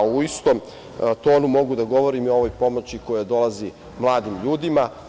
U istom tonu mogu da govorim i o ovoj pomoći koja dolazi mladim ljudima.